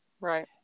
Right